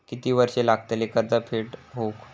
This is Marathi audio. किती वर्षे लागतली कर्ज फेड होऊक?